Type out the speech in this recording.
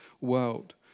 world